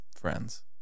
friends